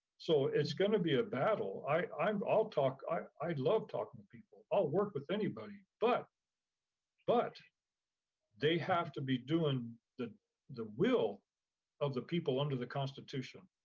so it's gonna be a battle. um i'll talk, i love talking to people, i'll work with anybody, but but they have to be doing the the will of the people under the constitution.